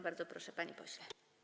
Bardzo proszę, panie pośle.